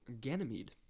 Ganymede